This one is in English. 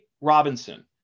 Robinson